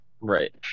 Right